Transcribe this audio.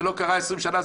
זה לא קרה 20 שנה,